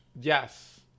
yes